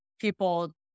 people